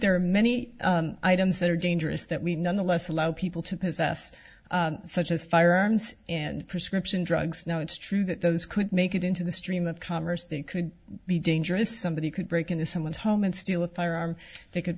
there are many items that are dangerous that we nonetheless allow people to possess such as firearms and prescription drugs now it's true that those could make it into the stream of commerce that could be dangerous somebody could break into someone's home and steal a firearm they could